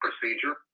procedure